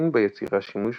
אין ביצירה שימוש